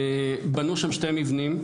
בנו שם שני מבנים,